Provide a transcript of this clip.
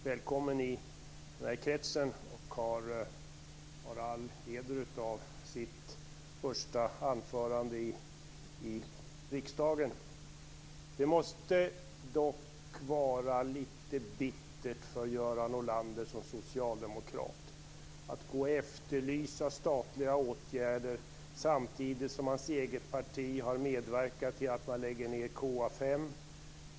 Fru talman! Göran Norlander är välkommen i den här kretsen och har all heder av sitt första anförande i riksdagen. Det måste dock vara lite bittert för Göran Norlander som socialdemokrat att efterlysa statliga åtgärder samtidigt som hans eget parti har medverkat till att man lägger ned KA5.